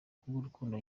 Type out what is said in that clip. kubw’urukundo